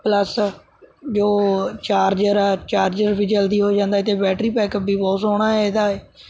plus ਜੋ charger ਆ charger ਵੀ ਜਲਦੀ ਹੋ ਜਾਂਦਾ ਅਤੇ ਬੈਟਰੀ ਪੈਕਅੱਪ ਵੀ ਬਹੁਤ ਸੋਹਣਾ ਇਹਦਾ ਹੈ